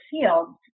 fields